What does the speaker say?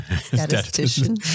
statistician